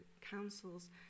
councils